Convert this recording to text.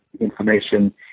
information